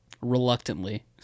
reluctantly